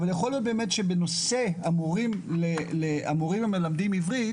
אבל יכול להיות באמת שבנושא המורים המלמדים עברית